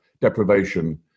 deprivation